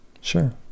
Sure